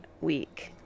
week